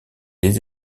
des